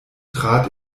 trat